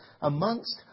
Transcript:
amongst